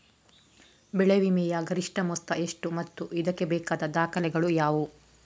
ಬೆಳೆ ವಿಮೆಯ ಗರಿಷ್ಠ ಮೊತ್ತ ಎಷ್ಟು ಮತ್ತು ಇದಕ್ಕೆ ಬೇಕಾದ ದಾಖಲೆಗಳು ಯಾವುವು?